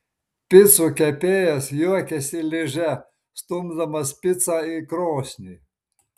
picų kepėjas juokiasi liže stumdamas picą į krosnį